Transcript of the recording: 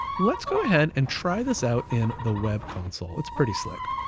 let's go ahead, and try this out in the web console. it's pretty slick.